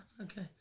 okay